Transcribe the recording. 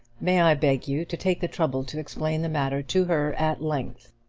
may i beg you to take the trouble to explain the matter to her at length,